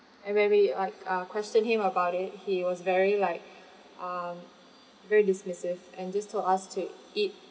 and when we like uh questioned him about it he was very like um very dismissive and just told us to eat